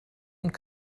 und